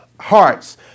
hearts